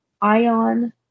Ion